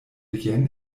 jen